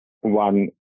one